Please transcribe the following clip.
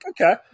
Okay